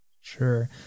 Sure